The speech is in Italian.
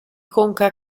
conca